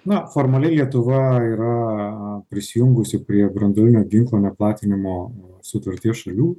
na formaliai lietuva yra prisijungusi prie branduolinio ginklo neplatinimo sutarties šalių